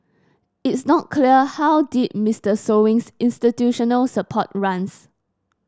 it's not clear how deep Mister Sewing's institutional support runs